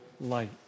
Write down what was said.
light